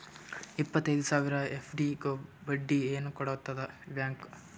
ಇಪ್ಪತ್ತೈದು ಸಾವಿರ ಎಫ್.ಡಿ ಗೆ ಬಡ್ಡಿ ಏನ ಕೊಡತದ ಬ್ಯಾಂಕ್?